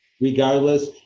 regardless